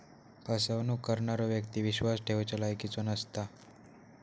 फसवणूक करणारो व्यक्ती विश्वास ठेवच्या लायकीचो नसता